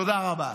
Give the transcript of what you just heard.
תודה רבה.